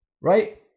right